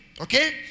Okay